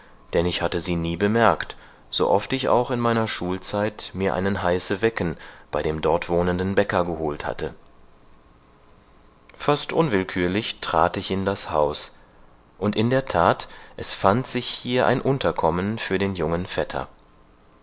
denn ich hatte sie nie bemerkt sooft ich auch in meiner schulzeit mir einen heißewecken bei dem dort wohnenden bäcker geholt hatte fast unwillkürlich trat ich in das haus und in der tat es fand sich hier ein unterkommen für den jungen vetter